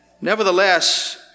Nevertheless